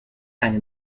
eine